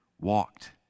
walked